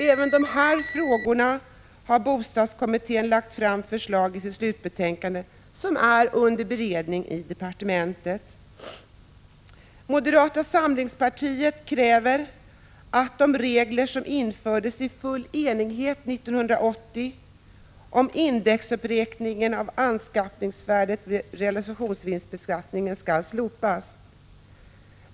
Även för de här frågorna har bostadskommittén lagt fram förslag i sitt slutbetänkande, som är under beredning i departementet. Moderata samlingspartiet kräver att de regler som infördes i full enighet 1980, om indexuppräkning av anskaffningsvärdet vid realisationsvinstbeskattningen, skall slopas.